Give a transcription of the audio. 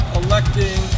electing